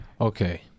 Okay